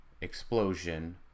explosion